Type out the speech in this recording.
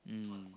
mm